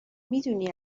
میدونی